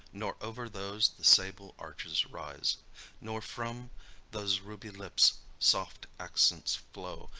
nor over those the sable arches rise nor from those ruby lips soft accents flow,